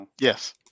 Yes